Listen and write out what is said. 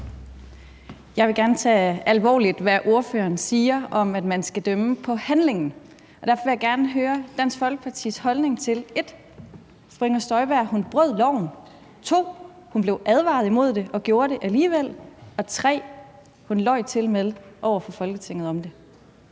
Jeg vil gerne tage alvorligt, hvad ordføreren siger om, at man skal dømme for handlingen, og derfor vil jeg gerne høre Dansk Folkepartis holdning til, 1) at fru Inger Støjberg brød loven, 2) at hun blev advaret om det og gjorde det alligevel, og 3) at hun tilmed løj over for Folketinget om det.